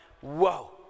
Whoa